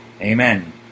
Amen